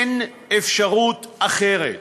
אין אפשרות אחרת.